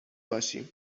باشیم